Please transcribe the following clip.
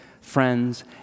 friends